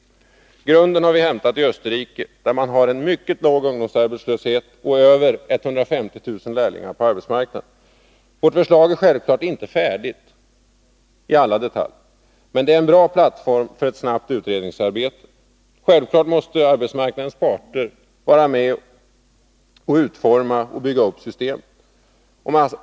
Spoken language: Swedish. Grunden till vårt förslag har vi hämtat i Österrike, där man har en mycket låg ungdomsarbetslöshet och över 150 000 lärlingar ute på arbetsmarknaden. Vårt förslag är självfallet inte färdigt i alla detaljer, men det är en bra plattform för ett snabbt utredningsarbete. Självfallet måste arbetsmarknadens parter vara med och utforma och bygga upp systemet.